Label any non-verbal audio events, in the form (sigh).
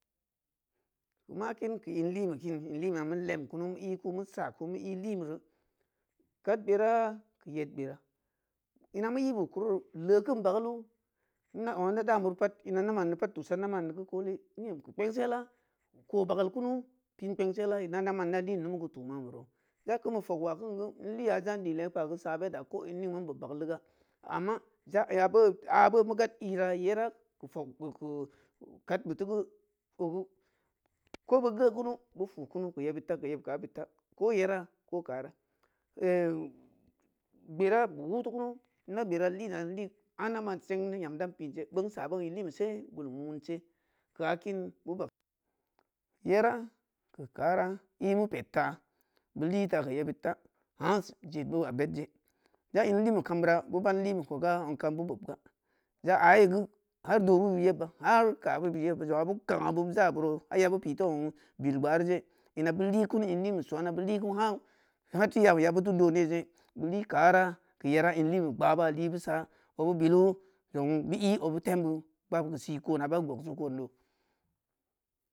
Keu ma kin keu in lime kini in lime ya meu lein kunu meu i ku meu sa ku meu i limeri kaad gberah keu yed gberah ina meu ibou keu kururu leekin bagalu ina ong’a ida dan de pat tusa ida mandi seu koole in em keu kpengsela koobagal kunu pin kpengeda manda man ida lin numu keu tu mamero ja kinbeu fogwa kin geu in liya jaindi legeu pa geu sab edda ko in ningma in bob bagalu ga ama za ya boo a boo meu gad ira year keu fog ku-ku kad be teu geu ogeu ko boo gea kunu beu fukunu keu yab beud ta keu yeb ta kaa beud ta koo yerah ko karah (hesitation) gbera beu wuu teu kunu ma gbera lina anda man seng yam dan pin je beun isa beun in unbe se gulum wunse khakin beu bag yera keu kaarah ibeu ped ta beu hta keu yebud ta (hesitation) je da ya bed je ja in linbe kam beura beu ban linme koga ong kam geu beu bobga ja aye geu har ɗo oh beu yebba har kabeu beud yebba zong’a beu kang’a beu za beuro ha rya beu pi teu ong bil gbaarije ina beu li kunu i nmg be sona beu li kunu ha harti ya-ya beu teu doohn ye je beu li karaah keu year in linbe gbaaba li beu sa obe bilu zong beu i obeu tem du ba keu si kona ba gong si koon du.